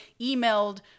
emailed